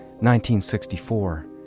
1964